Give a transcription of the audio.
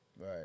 Right